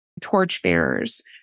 torchbearers